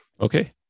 Okay